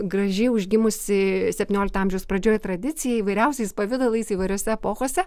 gražiai užgimusi septyniolikto amžiaus pradžioj tradicija įvairiausiais pavidalais įvairiose epochose